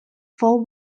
for